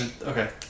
Okay